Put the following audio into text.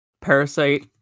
Parasite